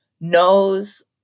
knows